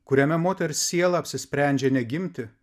kuriame moters siela apsisprendžia ne gimti